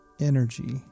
energy